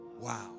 wow